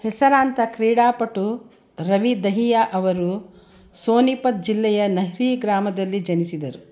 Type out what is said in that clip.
ಹೆಸರಾಂತ ಕ್ರೀಡಾಪಟು ರವಿ ದಹಿಯ ಅವರು ಸೋನಿಪತ್ ಜಿಲ್ಲೆಯ ನಹ್ರಿ ಗ್ರಾಮದಲ್ಲಿ ಜನಿಸಿದರು